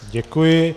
Děkuji.